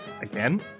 Again